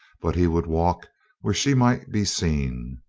but he would walk where she might be seen.